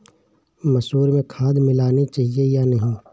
मसूर में खाद मिलनी चाहिए या नहीं?